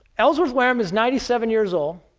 ellsworth whareham is ninety seven years old.